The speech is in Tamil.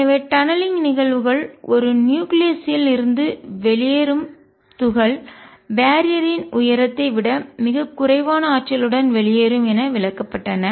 எனவே டநலிங்க் சுரங்கப்பாதை நிகழ்வுகள் ஒரு நியூக்ளியஸ் ல் கருவில் இருந்து வெளியேறும் துகள் பேரியர் யின் தடை உயரத்தை விட மிகக் குறைவான ஆற்றலுடன் வெளியேறும் என விளக்கப்பட்டன